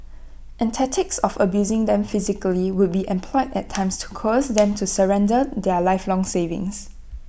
and tactics of abusing them physically would be employed at times to coerce them to surrender their lifelong savings